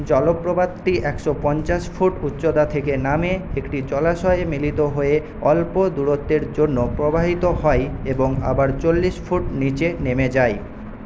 জলপ্রপাতটি একশো পঞ্চাশ ফুট উচ্চতা থেকে নামে একটি জলাশয়ে মিলিত হয়ে অল্প দূরত্বের জন্য প্রবাহিত হয় এবং আবার চল্লিশ ফুট নিচে নেমে যায়